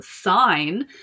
sign